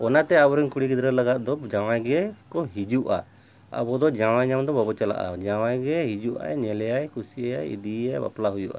ᱚᱱᱟᱛᱮ ᱟᱵᱚᱨᱮᱱ ᱠᱩᱲᱤ ᱜᱤᱫᱽᱨᱟᱹ ᱞᱟᱜᱟᱜ ᱫᱚ ᱡᱟᱶᱟᱭ ᱜᱮᱠᱚ ᱦᱤᱡᱩᱜᱼᱟ ᱟᱵᱚᱫᱚ ᱡᱟᱶᱟᱭ ᱧᱟᱢᱫᱚ ᱵᱟᱵᱚᱱ ᱪᱟᱞᱟᱜᱼᱟ ᱡᱟᱶᱟᱭ ᱜᱮ ᱦᱤᱡᱩᱜᱼᱟᱭ ᱧᱮᱞᱮᱭᱟᱭ ᱠᱩᱥᱤᱭᱮᱭᱟᱭ ᱤᱫᱤᱭᱮᱭᱟᱭ ᱵᱟᱯᱞᱟ ᱦᱩᱭᱩᱜᱼᱟ